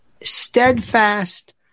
steadfast